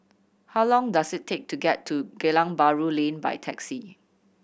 how long does it take to get to Geylang Bahru Lane by taxi